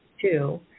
two